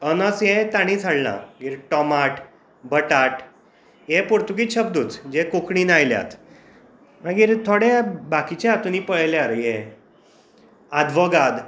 अनस हें तांणीच हाडलां मागीर टाॅमाट बटाट हे पुर्तुगीज शब्दूच जे कोंकणींत आयल्यात मागीर थोडे बाकीच्या हातूंत पळयल्यार हें आदवोगाद